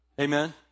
Amen